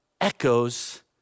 echoes